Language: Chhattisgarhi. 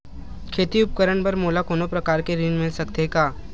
खेती उपकरण बर मोला कोनो प्रकार के ऋण मिल सकथे का?